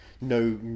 no